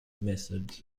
methods